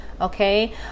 okay